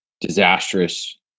disastrous